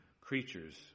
creatures